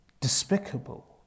despicable